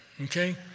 okay